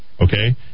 okay